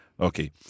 Okay